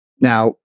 now